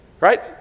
right